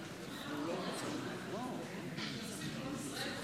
חבריי חברי הכנסת,